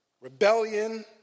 rebellion